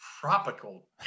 tropical